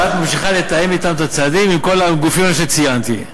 ואת ממשיכה לתאם את הצעדים עם כל הגופים שציינתי.